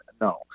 No